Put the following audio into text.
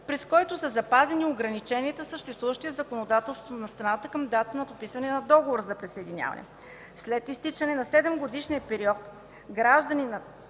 през който са запазени ограниченията, съществуващи в законодателството на страната към датата на подписване на Договора за присъединяване. След изтичане на 7-годишния период, гражданинът